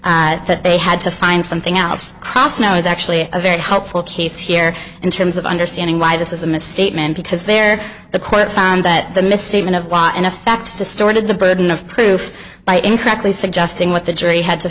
jury that they had to find something else krasnow is actually a very helpful case here in terms of understanding why this is a misstatement because there the court found that the misstatement of law in effect distorted the burden of proof by incorrectly suggesting what the jury had to